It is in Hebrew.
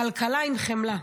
כלכלה עם חמלה.